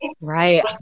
Right